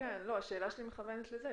השאלה שלי מכוונת לזה.